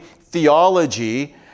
theology